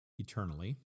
Eternally